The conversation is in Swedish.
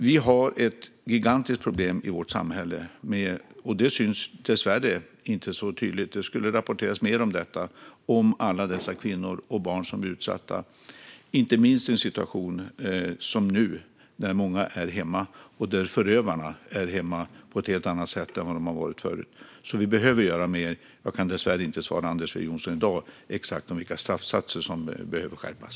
Vi har ett gigantiskt problem i vårt samhälle. Det syns dessvärre inte så tydligt. Mer borde rapporteras om alla de kvinnor och barn som blir utsatta. Det gäller inte minst i den situation som råder nu när många är hemma. Förövarna är hemma på ett helt annat sätt än de har varit förut. Vi behöver därför göra mer. Jag kan dessvärre inte i dag svara Anders W Jonsson exakt vilka straffsatser som behöver skärpas.